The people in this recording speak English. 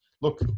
look